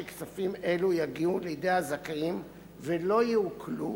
שכספים אלו יגיעו לידי הזכאים ולא יעוקלו